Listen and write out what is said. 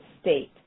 state